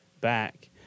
back